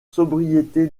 sobriété